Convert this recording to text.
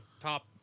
top